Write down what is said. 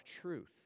truth